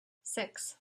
six